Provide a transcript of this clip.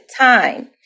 time